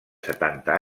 setanta